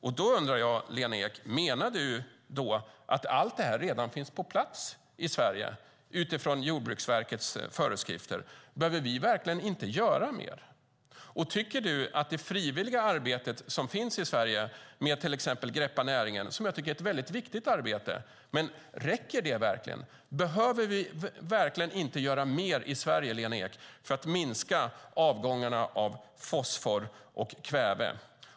Jag undrar då, Lena Ek: Menar du att allt detta redan finns på plats i Sverige utifrån Jordbruksverkets föreskrifter? Behöver vi verkligen inte göra mer? Tycker du att det frivilliga arbetet som finns i Sverige med till exempel Greppa näringen, som är ett väldigt viktigt arbete, verkligen räcker? Behöver vi inte göra mer i Sverige, Lena Ek, för att minska avgångarna av fosfor och kväve?